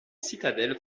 citadelle